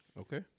Okay